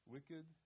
Wicked